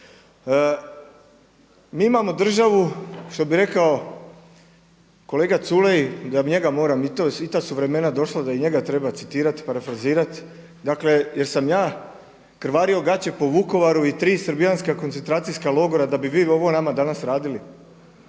Mi imamo državu što bi rekao kolega Culej, i ta su vremena došla da i njega treba citirati, parafrazirat dakle jer sam ja krvario gaće po Vukovaru i tri srbijanska koncentracijska logora da bi vi ovo nama danas radili.